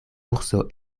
urso